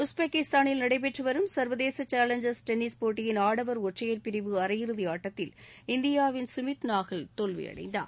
உஸ்பெகிஸ்தானில் நடைபெற்று வரும் சர்வதேச சேலஞ்சர் டென்னிஸ் போட்டியின் ஆடவர் ஒற்றையர் பிரிவு அரையிறுதி ஆட்டத்தில் இந்தியாவின் சுமித் நாகல் தோல்வியடைந்தார்